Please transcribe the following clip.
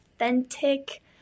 authentic